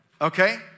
okay